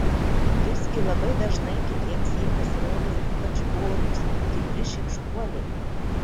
visgi labai dažnai kitiems jie pasirodo ypač godūs tikri šykštuoliai